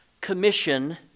commission